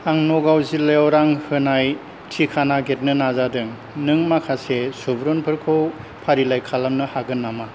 आं नगाव जिल्लायाव रां होनाय टिका नागिरनो नाजादों नों माखासे सुबुरुनफोरखौ फारिलाइ खालामनो हागोन नामा